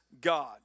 God